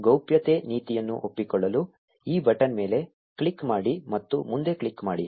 ಗೌಪ್ಯತೆ ನೀತಿಯನ್ನು ಒಪ್ಪಿಕೊಳ್ಳಲು ಈ ಬಟನ್ ಮೇಲೆ ಕ್ಲಿಕ್ ಮಾಡಿ ಮತ್ತು ಮುಂದೆ ಕ್ಲಿಕ್ ಮಾಡಿ